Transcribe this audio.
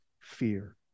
fear